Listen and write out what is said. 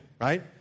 Right